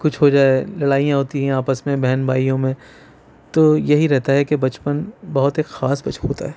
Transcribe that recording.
کچھ ہو جائے لڑائیاں ہوتی ہیں آپس میں بہن بھائیوں میں تو یہی رہتا ہے کہ بچپن بہت ایک خاص کچھ ہوتا ہے